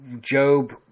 Job